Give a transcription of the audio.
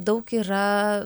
daug yra